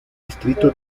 distrito